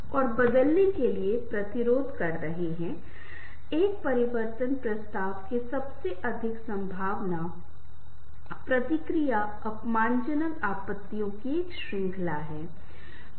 आपको पता है कि कई बार ऐसा होता है कि कुछ लोग कहते हैं कि बस मुझे बताएं कि आपके किस तरह के दोस्त हैं मैं आपके भविष्य के बारे में बताऊंगा आपके चरित्र के बारे में आपके व्यवहार के बारे में भी बता सकता हूँ